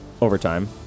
overtime